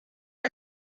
jekk